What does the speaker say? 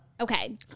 Okay